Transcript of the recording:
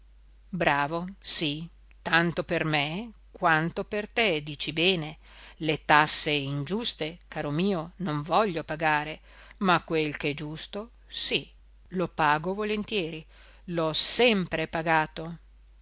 bravo sì tanto per me quanto per te dici bene le tasse ingiuste caro mio non voglio pagare ma quel ch'è giusto sì lo pago volentieri l'ho sempre pagato